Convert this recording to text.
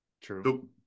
true